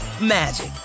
magic